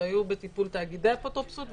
שהיו בטיפול בתאגידי האפוטרופסות,